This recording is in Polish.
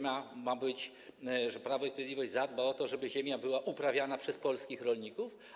Mówił, że Prawo i Sprawiedliwość zadba o to, żeby ziemia była uprawiana przez polskich rolników.